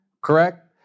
Correct